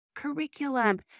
curriculum